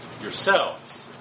yourselves